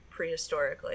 prehistorically